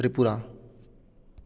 Tripura